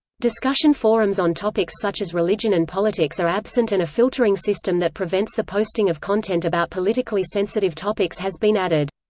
discussion forums on topics such as religion and politics are absent and a filtering system that prevents the posting of content about politically sensitive topics has been added.